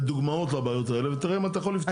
ודוגמאות לבעיות האלה ותראה אם אתה יכול לפתור את זה.